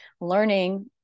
learning